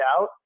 out